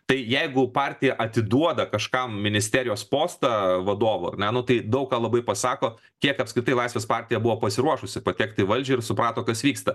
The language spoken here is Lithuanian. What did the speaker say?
tai jeigu partija atiduoda kažkam ministerijos postą vadovo ar ne nu tai daug ką labai pasako kiek apskritai laisvės partija buvo pasiruošusi patekt į valdžią ir suprato kas vyksta